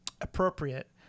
appropriate